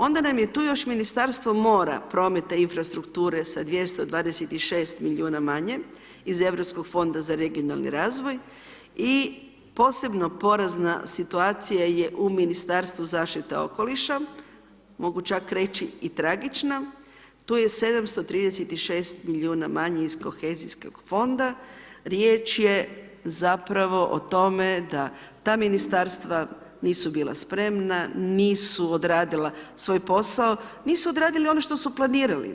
Onda nam je tu još Ministarstvo mora, prometa i infrastrukture, sa 226 milijuna manje iz Europskog fonda za regionalni razvoj, i posebno porazna situacije je u Ministarstvo zaštite okoliša, mogu čak reći i tragična, tu je 736 milijuna manje iz Kohezijskog fonda, riječ je zapravo o tome da ta Ministarstva nisu bila spremna, nisu odradila svoj posao, nisu odradili ono što su planirali.